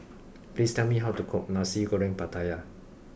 please tell me how to cook Nasi Goreng Pattaya